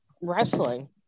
wrestling